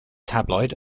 tabloid